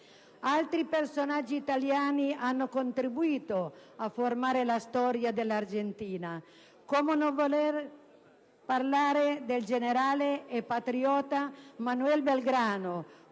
Altri personaggi italiani hanno contribuito a formare la storia dell'Argentina. Come non parlare del generale e patriota Manuel Belgrano,